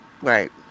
right